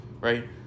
right